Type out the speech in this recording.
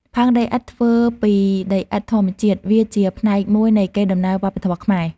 ផើងដីឥដ្ឋធ្វើពីដីឥដ្ឋធម្មជាតិ វាជាផ្នែកមួយនៃកេរដំណែលវប្បធម៌ខ្មែរ។